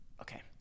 Okay